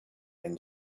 and